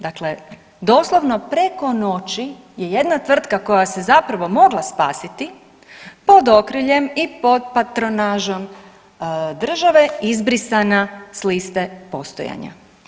Dakle doslovno preko noći je jedna tvrtka koja se zapravo mogla spasiti pod okriljem i pod patronažom države izbrisana s liste postojanja.